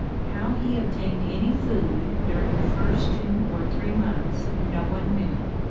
how he obtained any food during the first two or three months no one knew,